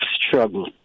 struggle